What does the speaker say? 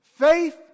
Faith